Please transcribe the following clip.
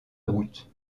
route